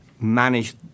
manage